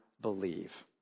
believe